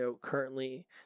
currently